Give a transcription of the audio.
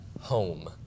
home